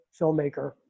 filmmaker